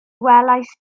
welaist